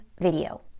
video